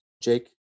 jake